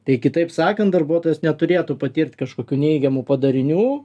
tai kitaip sakant darbuotojas neturėtų patirt kažkokių neigiamų padarinių